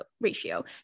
ratio